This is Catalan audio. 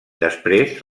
després